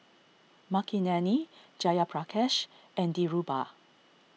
Makineni Jayaprakash and Dhirubhai